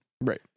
Right